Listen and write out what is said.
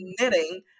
knitting